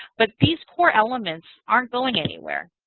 but these core elements aren't going anywhere.